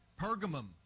Pergamum